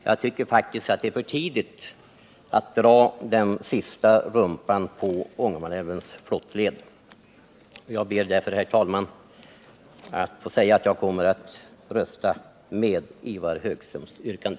Jag tycker faktiskt att det är för tidigt att dra den sista rumpan på Ångermanälvens flottled. Jag ber därför att få säga att jag kommer att rösta för bifall till Ivar Högströms yrkande.